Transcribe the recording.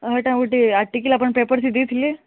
ହଁ ହେଟା ଗୋଟେ ଆର୍ଟିକିଲ୍ ଆପଣ ପେପରରେ ଦେଇଥିଲେ